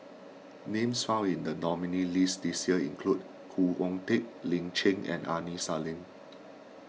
names found in the nominees' list this year include Khoo Oon Teik Lin Chen and Aini Salim